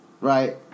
right